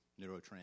neurotransmitters